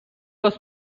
was